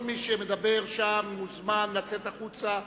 כל מי שמדבר שם מוזמן לצאת החוצה,